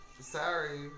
Sorry